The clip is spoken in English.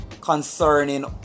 concerning